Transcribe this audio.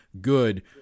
good